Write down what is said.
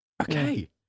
Okay